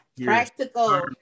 practical